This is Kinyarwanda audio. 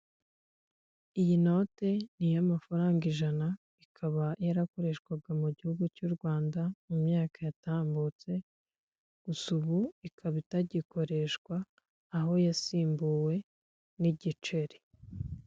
Iyi note ni iy'amafaranga ijana ikaba yarakoreshwaga mu gihugu cy' u Rwanda mu myaka yatambutse, gusa ubu ikaba itagikoreshwa, aho yasimbuwe n'igiceri.